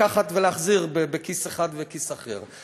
לקחת ולהחזיר מכיס אחד לכיס אחר,